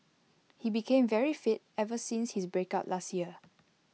he became very fit ever since his breakup last year